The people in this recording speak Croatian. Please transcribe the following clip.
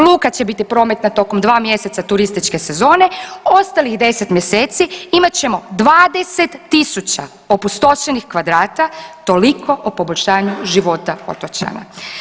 Luka će biti prometna tokom dva mjeseca turističke sezone, ostalih 10 mjeseci imat ćemo 20 tisuća opustošenih kvadrata, toliko o poboljšanju života otočana.